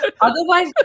Otherwise